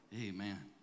Amen